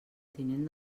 tinent